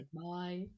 bye